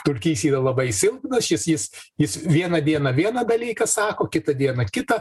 dulkys yra labai silpnas jis jis jis vieną dieną vieną dalyką sako kitą dieną kitą